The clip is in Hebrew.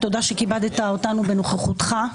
תודה שכיבדת אותנו בנוכחותך,